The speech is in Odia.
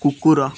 କୁକୁର